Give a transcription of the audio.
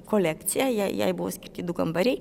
kolekcija jai jai buvo skirti du kambariai